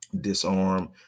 disarm